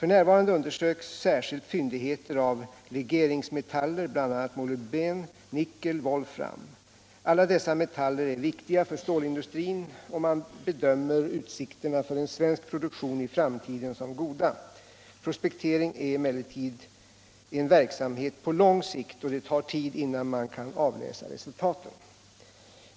F. n. undersöks särskilt fyndigheter av legeringsmetaller, bl.a. molybden, nickel och volfram. Alla dessa metaller är viktiga för stålindustrin, och man bedömer utsikterna för en svensk produktion i framtiden som goda. Prospektering är emellertid en verksamhet på lång sikt, och det tar tid innan man kan avläsa resultaten.